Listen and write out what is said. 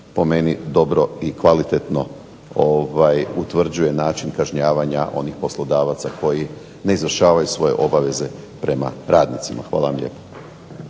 po meni dobro i kvalitetno utvrđuje način kažnjavanja onih poslodavaca koji ne izvršavaju svoje obaveze prema radnicima. Hvala lijepa.